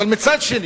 אבל יחד עם זאת,